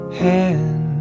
hand